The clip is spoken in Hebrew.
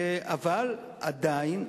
אבל עדיין,